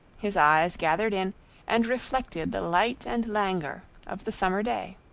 his eyes gathered in and reflected the light and languor of the summer day.